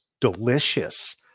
delicious